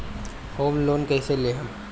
Home loan कैसे लेहम?